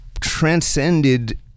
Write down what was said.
transcended